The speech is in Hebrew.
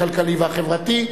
הכלכלי והחברתי,